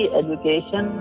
education